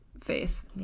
faith